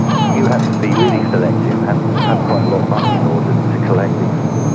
you had to be really selective and have quite a lot of money in order to collect these things.